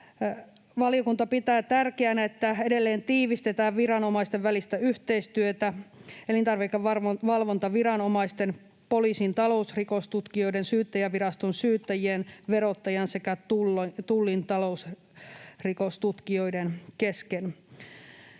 Valiokunta pitää tärkeänä, että edelleen tiivistetään viranomaisten välistä yhteistyötä elintarvikevalvontaviranomaisten, poliisin talousrikostutkijoiden, syyttäjänviraston syyttäjien, verottajan sekä Tullin talousrikostutkijoiden kesken.